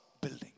building